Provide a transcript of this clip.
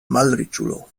malriĉulo